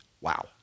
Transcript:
Wow